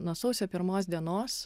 nuo sausio pirmos dienos